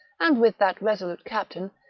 and with that resolute captain,